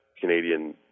canadian